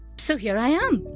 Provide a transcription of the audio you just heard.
so here i am!